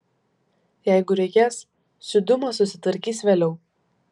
jeigu reikės su diuma susitvarkys vėliau